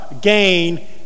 gain